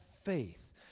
faith